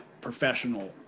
professional